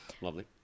Lovely